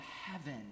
heaven